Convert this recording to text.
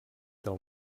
del